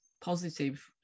positive